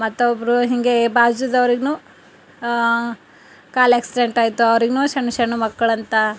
ಮತ್ತೊಬ್ಬರು ಹಿಂಗೆ ಬಾಜುದವರಿಗು ಕಾಲು ಆಕ್ಸಿಡೆಂಟ್ ಆಯಿತು ಅವರಿಗು ಸಣ್ಣು ಸಣ್ಣು ಮಕ್ಕಳಂತ